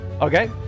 okay